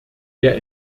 der